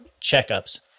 checkups